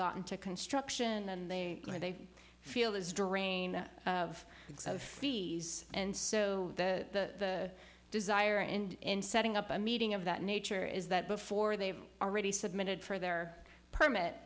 gotten to construction and they are they feel as drain of sophy's and so the desire and setting up a meeting of that nature is that before they've already submitted for their permit